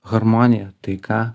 harmonija taika